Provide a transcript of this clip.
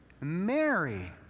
Mary